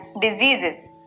Diseases